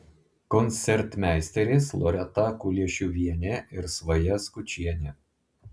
koncertmeisterės loreta kuliešiuvienė ir svaja skučienė